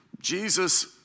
Jesus